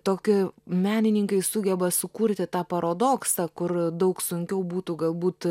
tokią menininkai sugeba sukurti tą paradoksą kur daug sunkiau būtų galbūt